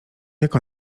jak